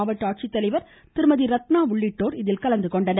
மாவட்ட ஆட்சித்தலைவர் திருமதி டி ரத்னா உள்ளிட்டோர் உடனிருந்தனர்